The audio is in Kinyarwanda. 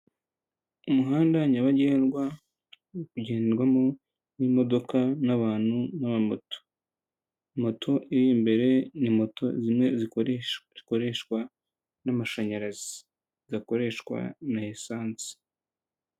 Umuhanda nyabagendwa uri kugendwamo n'imodoka n'abantu n'amamoto, moto iri imbere ni moto zimwe zikoreshwa n'amashanyarazi zidakoreshwa na esansi.